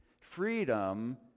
Freedom